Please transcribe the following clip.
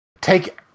take